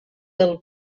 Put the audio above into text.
del